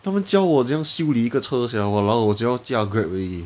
他们教我怎样修理一个车 sia !walao! 我只要驾 Grab 而已